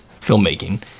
filmmaking